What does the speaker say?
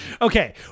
okay